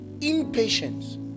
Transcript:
impatience